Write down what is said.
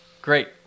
Great